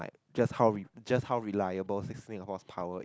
just how just how reliable six wing horsepower is